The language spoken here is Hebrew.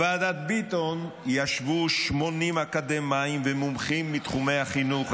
בוועדת ביטון ישבו 80 אקדמאים ומומחים מתחומי החינוך,